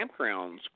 campgrounds